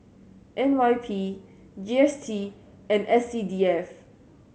N Y P G S T and S C D F